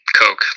Coke